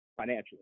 financially